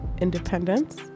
independence